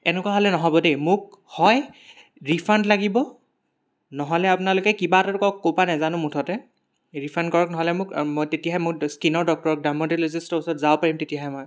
এনেকুৱা হ'লে নহ'ব দেই মোক হয় ৰিফাণ্ড লাগিব নহ'লে আপোনালোকে কিবা এটাতো কৰক ক'ৰ পৰা নাজানো মুঠতে ৰিফাণ্ড কৰক নহ'লে মোক মই তেতিয়াহে মোক স্কিনৰ ডাক্তৰক ডাৰ্মাট'লজিষ্টৰ ওচৰত যাব পাৰিম তেতিয়াহে মই